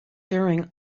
during